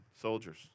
soldiers